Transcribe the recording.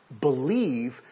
believe